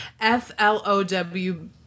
F-L-O-W